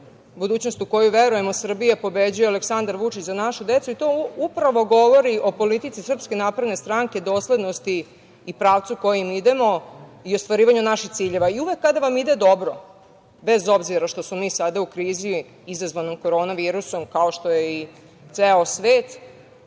„budućnost u koju verujemo“, „Srbija pobeđuje-Aleksandar Vuči za našu decu“ i to upravo govori o politici SNS, doslednosti i pravcu kojim idemo i ostvarivanju naših ciljeva. I uvek kada vam ide dobra, bez obzira što smo mi sada u krizi izazvanom korona virusom, kao što je i ceo svet,